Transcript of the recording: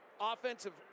offensive